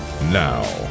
Now